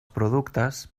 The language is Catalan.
productes